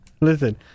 listen